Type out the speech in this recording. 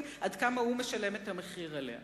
עד כמה הוא משלם את המחיר בשל מה שעומד מאחוריהן?